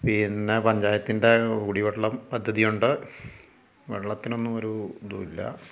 പിന്നെ പഞ്ചായത്തിൻ്റെ കുടിവെള്ള പദ്ധതിയുണ്ട് വെള്ളത്തിനൊന്നും ഒരു ഇതും ഇല്ല